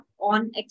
on